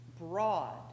broad